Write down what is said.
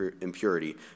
impurity